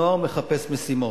הנוער מחפש משימות,